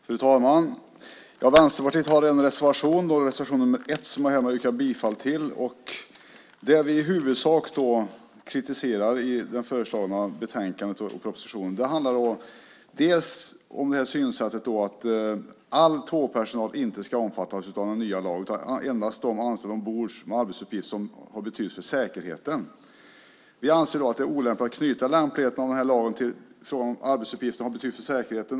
Fru talman! Vänsterpartiet har reservation 1, som jag härmed yrkar bifall till, där vi i huvudsak kritiserar det föreslagna yrkandet i betänkandet och propositionen. Det handlar om synsättet att all tågpersonal inte ska omfattas av den nya lagen utan endast de anställda ombord som har arbetsuppgifter som har betydelse för säkerheten. Vi anser att det är olämpligt att knyta tillämpligheten av lagen till vad arbetsuppgifterna har för betydelse för säkerheten.